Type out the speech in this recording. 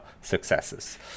successes